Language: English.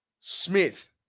Smith